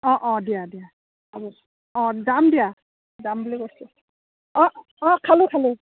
অঁ অঁ দিয়া দিয়া অঁ যাম দিয়া যাম বুলি কৈছোঁ অঁ অঁ খালো খালো